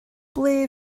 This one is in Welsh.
ble